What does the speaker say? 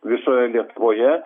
visoje lietuvoje